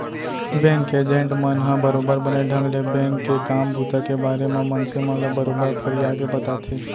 bank के agent मन ह बरोबर बने ढंग ले बेंक के काम बूता के बारे म मनसे मन ल बरोबर फरियाके बताथे